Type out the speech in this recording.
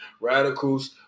Radicals